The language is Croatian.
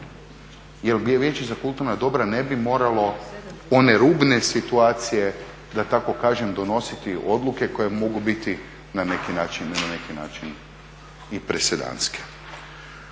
jer Vijeće za kulturna dobra ne bi moralo one rubne situacije da tako kažem donositi odluke koje mogu biti na neki način i presedanske.